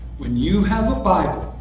when you have a bible